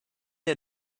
had